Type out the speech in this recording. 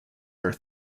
are